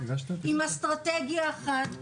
עם אסטרטגיה אחת,